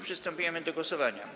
Przystępujemy do głosowania.